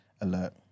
alert